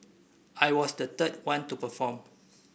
I was the third one to perform